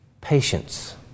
Patience